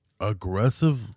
Aggressive